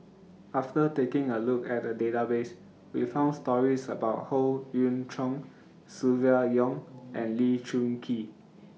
after taking A Look At The Database We found stories about Howe Yoon Chong Silvia Yong and Lee Choon Kee